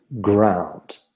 ground